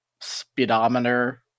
speedometer